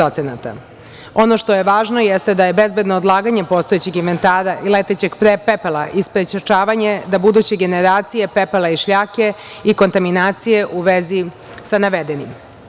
Ono što je važno, jeste da je bezbedno odlaganje postojećeg inventara i letećeg pepela i sprečavanje da buduće generacije pepela i šljake i kontaminacije u vezi sa navedenim.